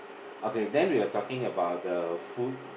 okay then we are talking about the food